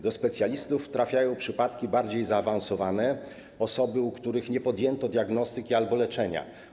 Do specjalistów trafiają przypadki bardziej zaawansowane, osoby, u których nie podjęto diagnostyki albo leczenia.